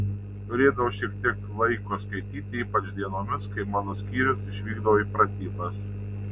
turėdavau šiek tiek laiko skaityti ypač dienomis kai mano skyrius išvykdavo į pratybas